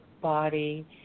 body